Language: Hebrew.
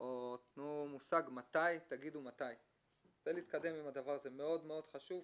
מקווה שכל היועצים המשפטיים שנמצאים